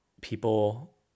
people